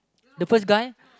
the first guy